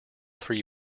three